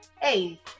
hey